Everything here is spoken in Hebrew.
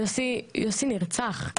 יוסי נרצח.